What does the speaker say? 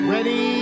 Ready